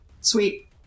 Sweet